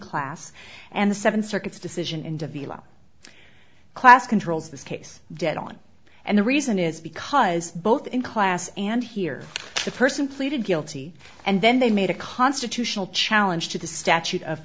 class and the seven circuits decision in davila class controls this case dead on and the reason is because both in class and here the person pleaded guilty and then they made a constitutional challenge to the statute of